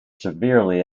severely